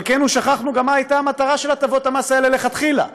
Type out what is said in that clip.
חלקנו שכחנו גם מה הייתה המטרה של הטבות המס האלה מלכתחילה,